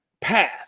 path